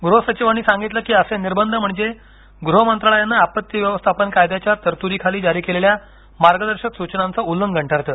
गृह सचिवांनी सांगितलं की असे निर्बंध म्हणजे गृह मंत्रालयानं आपत्ती व्यवस्थापन कायद्याच्या तरतुदीखाली जारी केलेल्या मार्गदर्शक सूचनांचे उल्लंघन ठरते